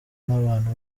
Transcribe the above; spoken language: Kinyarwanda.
n’abantu